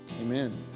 amen